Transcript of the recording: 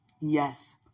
Yes